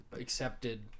accepted